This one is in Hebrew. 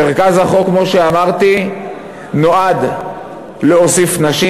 מרכז החוק, כמו שאמרתי, נועד להוסיף נשים.